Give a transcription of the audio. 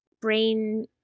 brain